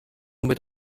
mit